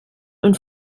und